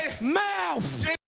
mouth